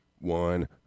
One